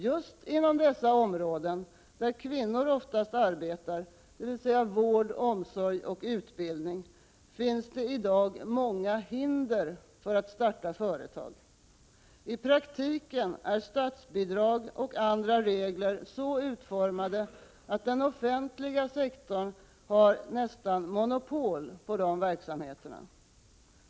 Just inom dessa områden där kvinnor oftast arbetar, dvs. inom vård, omsorg och utbildning, finns i dag många hinder för att starta företag. I praktiken är statsbidrag och andra regler så utformade att den offentliga sektorn nästan har monopol på dessa verksamheter.